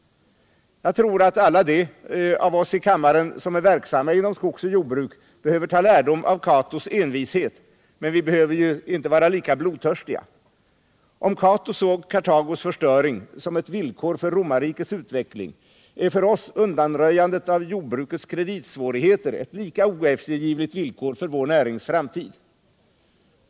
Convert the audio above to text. Jag tror, att alla de av oss här i kammaren som är verksamma inom skogsoch jordbruk behöver ta lärdom av Catos envishet, men vi behöver ju inte vara lika blodtörstiga. Om Cato såg Kartagos förstöring som ett villkor för romarrikets utveckling, är för oss undanröjandet av jordbrukets kreditsvårigheter ett lika oeftergivligt villkor för vår närings framtid.